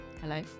Hello